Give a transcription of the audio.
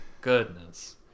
goodness